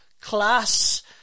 class